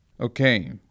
Okay